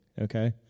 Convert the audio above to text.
okay